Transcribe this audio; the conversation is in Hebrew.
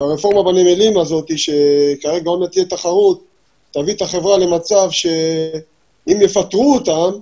הרפורמה בנמלים תביא את החברה למצב שאם יפטרו אותם,